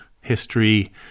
history